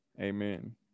Amen